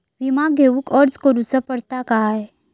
विमा घेउक अर्ज करुचो पडता काय?